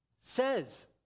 says